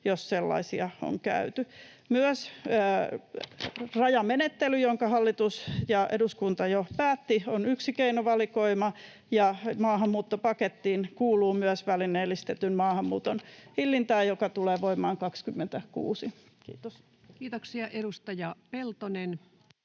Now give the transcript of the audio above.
jos sellaisia on käyty. Myös rajamenettely, jonka hallitus ja eduskunta jo päättivät, on yksi keinovalikoima, ja maahanmuuttopakettiin kuuluu myös välineellistetyn maahanmuuton hillintää, joka tulee voimaan 2026. — Kiitos. [Speech